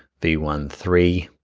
v one three,